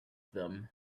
them